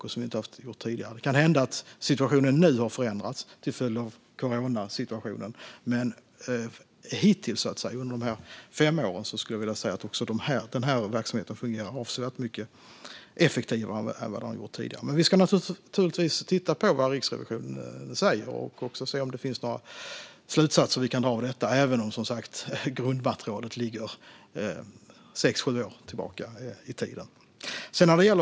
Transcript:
Det har vi inte gjort tidigare. Det kan hända att situationen nu har förändrats till följd av coronasituationen. Men hittills under dessa fem år har även denna verksamhet fungerat avsevärt mycket effektivare än vad den tidigare har gjort. Men vi ska naturligtvis titta på vad Riksrevisionen säger och också se om det finns några slutsatser som vi kan dra av detta, även om grundmaterialet ligger sex sju år tillbaka i tiden.